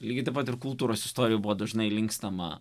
lygiai taip pat ir kultūros istorijoje buvo dažnai linkstama